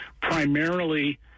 primarily